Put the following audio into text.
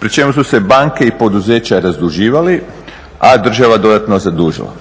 pri čemu su se banke i poduzeća razduživali, a država dodatno zadužila.